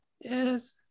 Yes